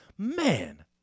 Man